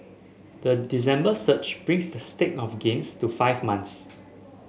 the December surge brings the streak of gains to five months